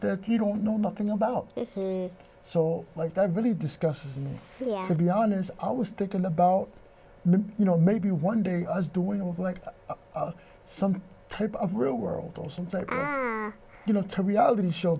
that you don't know nothing about so like i've really discussed to be honest i was thinking about you know maybe one day i was doing like some type of real world or something you know to reality show